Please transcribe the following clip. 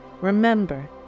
remember